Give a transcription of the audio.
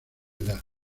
edad